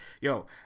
yo